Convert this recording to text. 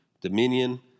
dominion